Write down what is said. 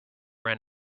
ran